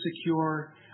secure